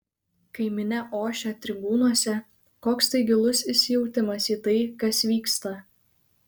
kai minia ošia tribūnose koks tai gilus įsijautimas į tai kas vyksta